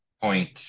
point